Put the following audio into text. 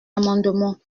amendements